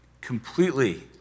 Completely